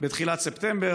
בתחילת ספטמבר.